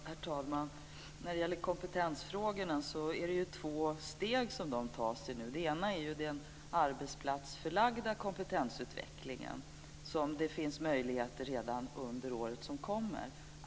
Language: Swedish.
Herr talman! Kompetensfrågorna tar man itu med i två steg. Det ena är den arbetsplatsförlagda kompetensutvecklingen, som det finns möjligheter till redan under året som kommer.